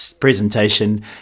presentation